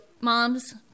moms